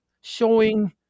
showing